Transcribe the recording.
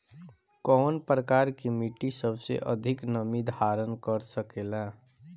कौन प्रकार की मिट्टी सबसे अधिक नमी धारण कर सकेला?